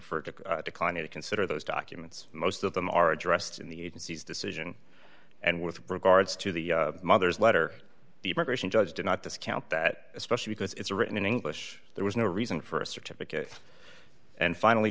declining to consider those documents most of them are addressed in the agency's decision and with regards to the mother's letter the immigration judge did not discount that especially because it's written in english there was no reason for a certificate and finally